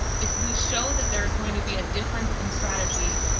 if we show that there is going to be a difference in strategy,